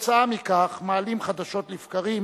וכתוצאה מכך מעלים חדשות לבקרים